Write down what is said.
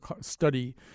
study